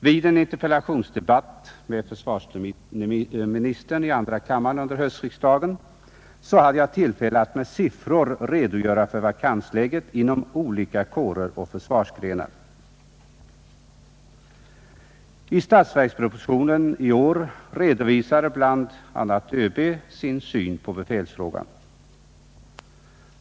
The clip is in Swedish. Vid en interpellationsdebatt med försvarsministern i andra kammaren under höstriksdagen hade jag tillfälle att med siffror redogöra för vakansläget inom olika kårer och försvarsgrenar. I årets statsverksproposition redovisas bl.a. ÖB:s syn på befälsfrågan.